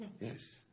Yes